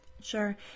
Sure